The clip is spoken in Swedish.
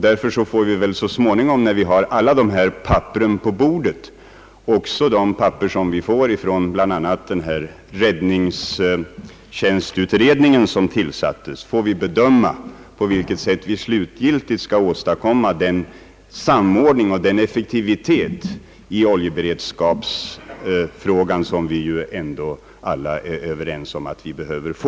Därför får vi väl så småningom, när vi har alla dessa papper på bordet — även de papper som vi erhåller från bl.a. den räddningstjänstutredning som tillsatts — bedöma på vilket sätt vi slutgiltigt skall åstadkomma den samordning och den effektivitet i oljeberedskapsfrågan, som vi ju ändå alla är överens om att vi behöver få.